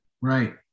right